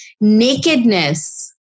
nakedness